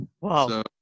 Wow